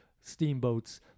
steamboats